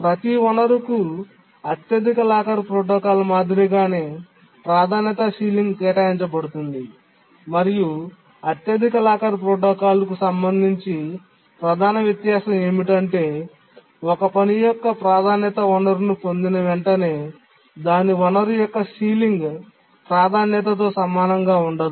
ప్రతి వనరుకు అత్యధిక లాకర్ ప్రోటోకాల్ మాదిరిగానే ప్రాధాన్యత సీలింగ్ కేటాయించబడుతుంది మరియు అత్యధిక లాకర్ ప్రోటోకాల్కు సంబంధించి ప్రధాన వ్యత్యాసం ఏమిటంటే ఒక పని యొక్క ప్రాధాన్యత వనరును పొందిన వెంటనే దాని వనరు యొక్క సీలింగ్ ప్రాధాన్యతతో సమానంగా ఉండదు